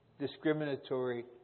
discriminatory